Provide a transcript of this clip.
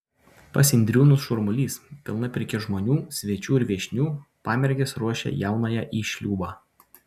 pas indriūnus šurmulys pilna pirkia žmonių svečių ir viešnių pamergės ruošia jaunąją į šliūbą